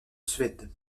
suède